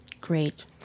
Great